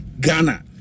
Ghana